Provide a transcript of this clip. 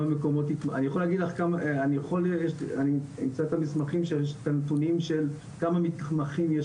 אני אמצא את המסמכים של הנתונים כמה מתמחים יש